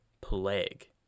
Plague